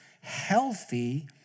healthy